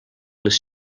les